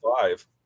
five